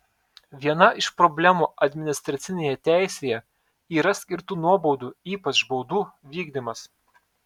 viena iš problemų administracinėje teisėje yra skirtų nuobaudų ypač baudų vykdymas